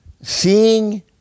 Seeing